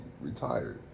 retired